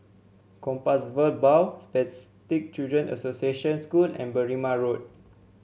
Compassvale Bow Spastic Children Association School and Berrima Road